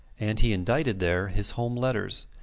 and he indited there his home letters.